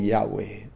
Yahweh